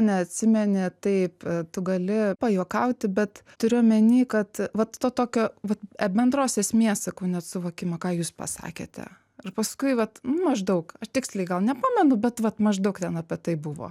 neatsimeni taip tu gali pajuokauti bet turiu omeny kad vat to tokio vat bendros esmės sakau net suvokimą ką jūs pasakėte ir paskui vat nu maždaug aš tiksliai gal nepamenu bet vat maždaug ten apie tai buvo